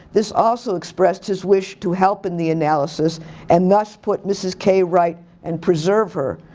this also expressed his wish to help in the analysis and thus put mrs. k right and preserve her.